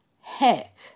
heck